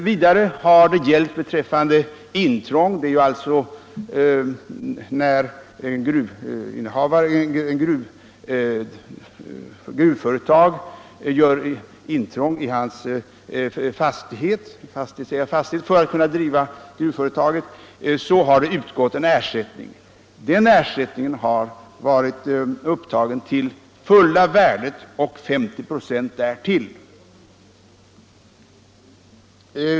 Vidare har utgått ersättning för fastighetsägaren när gruvföretag gjort intrång i hans fastighet. Den ersättningen har varit upptagen till fulla värdet plus 50 96.